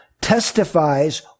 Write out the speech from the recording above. testifies